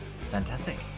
fantastic